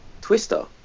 twister